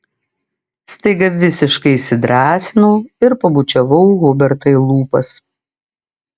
staiga visiškai įsidrąsinau ir pabučiavau hubertą į lūpas